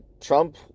Trump